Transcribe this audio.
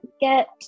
get